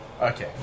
Okay